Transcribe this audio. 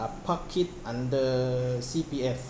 uh park it under C_P_F